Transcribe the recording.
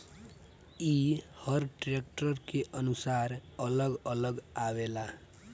ई हर ट्रैक्टर के अनुसार अलग अलग आवेला